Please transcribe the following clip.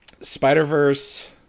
Spider-Verse